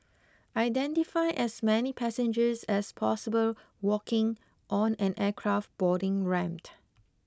identify as many passengers as possible walking on an aircraft boarding ramp